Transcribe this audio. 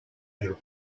arab